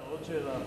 עוד שאלה, אם אפשר.